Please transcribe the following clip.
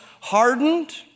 hardened